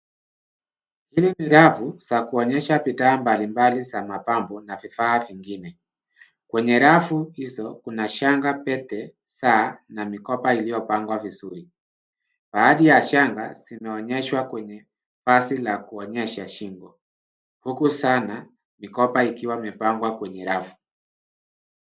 Hii ni rafu za kuonyesha bidhaa mbali mbali za mapambo na vifaa vingine .Kwenye rafu hizo kuna shanga, pete ,saa, na mikoba iliyopangwa vizuri. Baadhi ya shanga zimeonyeshwa kwenye vazi la kuonyesha shingo, huku sana ni kwamba ikiwa imepangwa kwenye rafu.